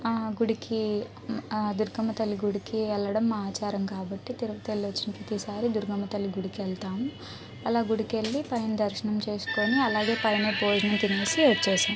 ఆ గుడికీ ఆ దుర్గమ్మ తల్లి గుడికీ వేళ్ళడం మా ఆచారం కాబట్టి తిరుపతెల్లొచ్చిన ప్రతీసారి దుర్గమ్మ తల్లి గుడికెల్తాం అలా గుడికెల్లి పైన దర్శనం చేసుకుని అలాగే పైన భోజనం తినేసి వచ్చేసాం